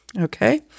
Okay